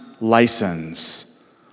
license